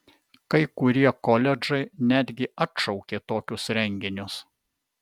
kai kurie koledžai netgi atšaukė tokius renginius